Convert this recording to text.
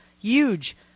huge